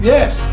Yes